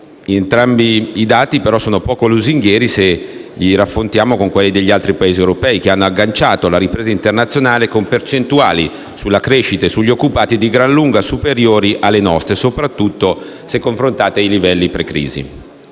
entrambi i dati sono poco lusinghieri se raffrontati con quelli degli altri Paesi europei, che hanno agganciato la ripresa internazionale con percentuali sulla crescita e sugli occupati di gran lunga superiori alle nostre e soprattutto se confrontati con i livelli pre-crisi.